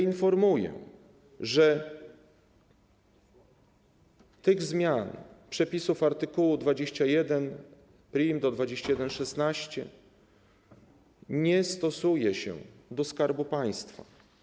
Informuję, że zmian przepisów art. 21.1 do 21.16 nie stosuje się do Skarbu Państwa.